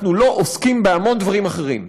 אנחנו לא עוסקים בהמון דברים אחרים,